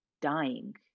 dying